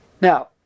Now